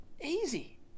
Easy